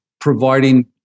providing